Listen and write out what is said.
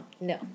no